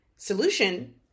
solution